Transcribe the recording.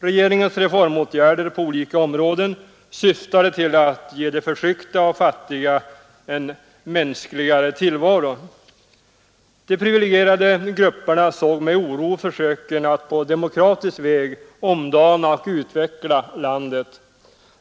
Regeringens reformåtgärder på olika områden syftade till att ge de förtryckta och fattiga en mänskligare tillvaro. De privilegierade grupperna såg med oro försöken att på demokratisk väg omdana och utveckla landet.